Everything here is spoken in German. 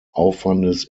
aufwandes